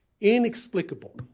inexplicable